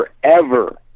forever